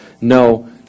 No